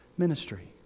Ministry